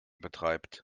betreibt